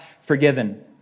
forgiven